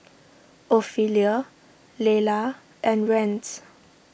Ophelia Leila and Rance